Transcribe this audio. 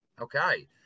Okay